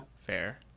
Fair